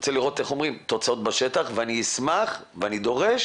רוצה לראות תוצאות בשטח ואני אשמח ואני דורש